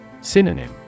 Synonym